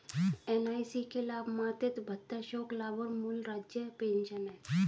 NIC के लाभ मातृत्व भत्ता, शोक लाभ और मूल राज्य पेंशन हैं